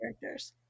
characters